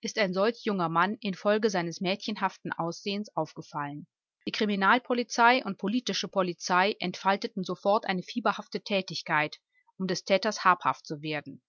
ist ein solch junger mann infolge seines mädchenhaften aussehens aufgefallen die kriminalpolizei und politische polizei entfalteten sofort eine fieberhafte tätigkeit um des täters habhaft zu werden